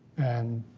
and